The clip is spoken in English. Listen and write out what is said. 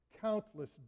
Countless